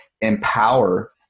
empower